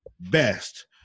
best